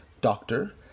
Doctor